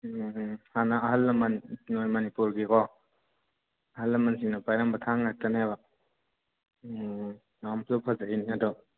ꯎꯝ ꯎꯝ ꯍꯥꯟꯅ ꯑꯍꯜ ꯂꯝꯟ ꯃꯅꯤꯄꯨꯔꯒꯤ ꯀꯣ ꯑꯍꯜ ꯂꯃꯟꯁꯤꯡꯅ ꯄꯥꯏꯔꯝꯕ ꯊꯥꯡ ꯉꯥꯛꯇꯅꯦꯕ ꯎꯝ ꯅꯍꯥꯃꯨꯛꯁꯨ ꯐꯖꯈꯤꯕꯅꯦ ꯑꯗꯣ